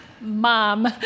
mom